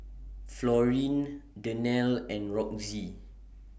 Florine Danelle and Roxie